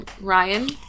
Ryan